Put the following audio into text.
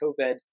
COVID